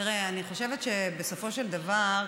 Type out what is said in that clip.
אני חושבת שבסופו של דבר,